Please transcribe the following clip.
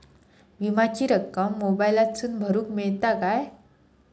विमाची रक्कम मोबाईलातसून भरुक मेळता काय?